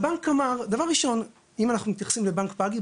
דבר ראשון אם אנחנו מתייחסים לבנק פאגי.